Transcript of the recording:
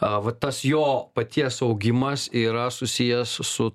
a va tas jo paties augimas yra susijęs su